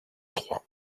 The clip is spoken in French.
trois